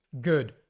good